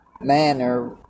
manner